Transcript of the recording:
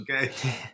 Okay